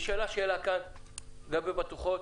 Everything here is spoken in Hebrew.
נשאלה כאן שאלה לגבי בטוחות.